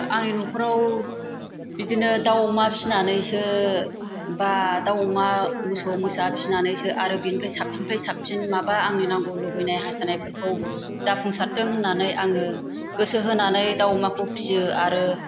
आंनि नखराव बिदिनो दाउ अमा फिनानैसो बा दाउ अमा मोसौ मोसा फिनानैसो आरो बिनिफाय साबसिननिफाय साबसिन माबा आंनि नांगौ लुबैनाय हास्थायनायफोरखौ जाफुंसारथों होननानै आङो गोसो होनानै दाउ अमाखौ फियो आरो